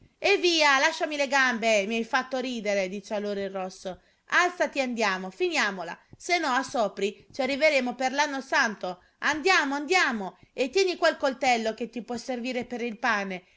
eh via lasciami le gambe mi hai fatto ridere dice allora il rosso alzati e andiamo finiamola se no a sopri ci arriveremo per l'anno santo andiamo andiamo e tieni qua il coltello che ti può servire per il pane